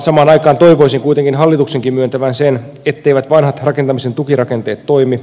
samaan aikaan toivoisin kuitenkin hallituksenkin myöntävän sen etteivät vanhat rakentamisen tukirakenteet toimi